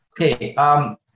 Okay